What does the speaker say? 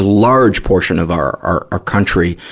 large portion of our, our our country,